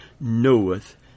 knoweth